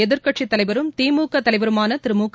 எதிர்க்கட்சித்தலைவரும் திமுக தலைவருமான திரு முக